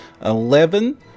eleven